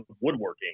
woodworking